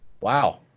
Wow